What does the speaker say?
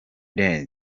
day